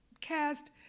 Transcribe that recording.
cast